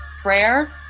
prayer